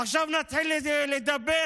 עכשיו נתחיל לדבר